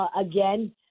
Again